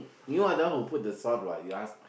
you are the one who put the salt what you ask